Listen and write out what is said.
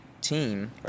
team